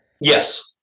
Yes